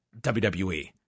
WWE